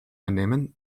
einnehmen